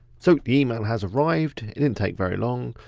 so the email has arrived. it didn't take very long.